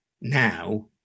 now